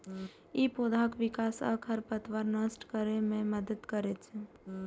ई पौधाक विकास आ खरपतवार नष्ट करै मे मदति करै छै